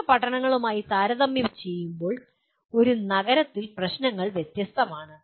ചെറിയ പട്ടണങ്ങളുമായി താരതമ്യപ്പെടുത്തുമ്പോൾ ഒരു നഗരത്തിൽ പ്രശ്നങ്ങൾ വ്യത്യസ്തമാണ്